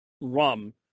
rum